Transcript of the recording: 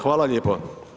Hvala lijepo.